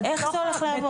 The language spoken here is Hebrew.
איך זה הולך לעבוד?